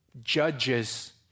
Judges